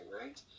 right